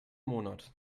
monat